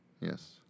yes